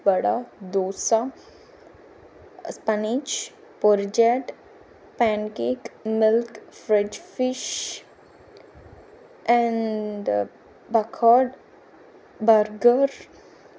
vada dosa spinach porridge pancake milk fudge fish and బకార్డ్ burger